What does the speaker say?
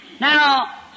Now